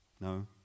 No